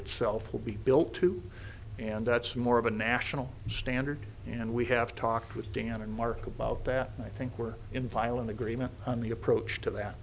itself will be built to and that's more of a national standard and we have talked with dan and mark about that and i think we're in violent agreement on the approach to that